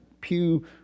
pew